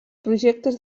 projectes